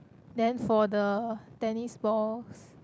then for the tennis balls